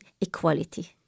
equality